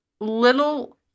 little